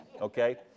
Okay